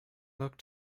looked